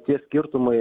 tie skirtumai